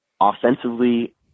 offensively